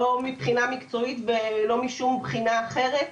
לא מבחינה מקצועית ולא משום בחינה אחרת,